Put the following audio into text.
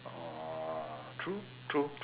oh true true true